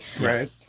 Right